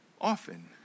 often